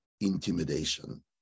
intimidation